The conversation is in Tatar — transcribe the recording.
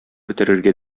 бетерергә